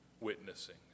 witnessing